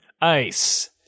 ice